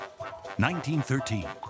1913